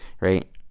right